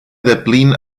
deplin